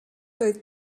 doedd